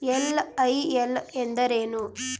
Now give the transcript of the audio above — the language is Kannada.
ಎಲ್.ಐ.ಎಲ್ ಎಂದರೇನು?